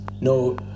No